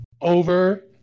over